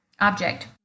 object